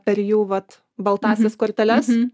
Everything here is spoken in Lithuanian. per jų vat baltąsias korteles